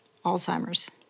Alzheimer's